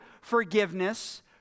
forgiveness